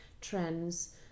trends